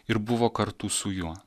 ir buvo kartu su juo